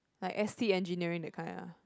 like S_T engineering that kind ah